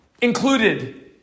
included